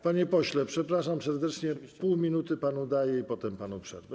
Panie pośle, przepraszam serdecznie - pół minuty panu daję i potem panu przerwę.